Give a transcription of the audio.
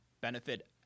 benefit